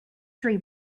tree